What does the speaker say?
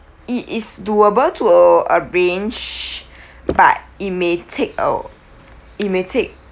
it is doable to arrange but it may take a it may take